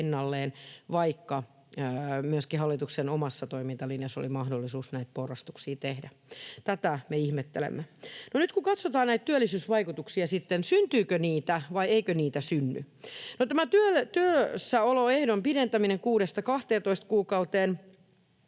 vaikka myöskin hallituksen omassa toimintalinjassa oli mahdollisuus näitä porrastuksia tehdä. Tätä me ihmettelemme. Nyt kun katsotaan näitä työllisyysvaikutuksia sitten, syntyykö niitä vai eikö niitä synny: No, tästä työssäoloehdon pidentämisestä 6:sta 12 kuukauteen